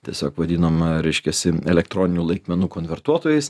tiesiog vadinom reiškiasi elektroninių laikmenų konvertuotojais